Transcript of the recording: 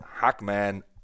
Hackman